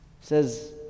says